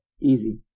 easy